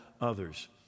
others